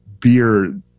beer